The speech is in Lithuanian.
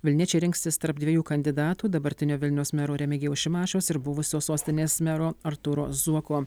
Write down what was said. vilniečiai rinksis tarp dviejų kandidatų dabartinio vilniaus mero remigijaus šimašiaus ir buvusio sostinės mero artūro zuoko